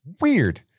Weird